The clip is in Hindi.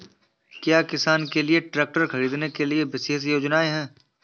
क्या किसानों के लिए ट्रैक्टर खरीदने के लिए विशेष योजनाएं हैं?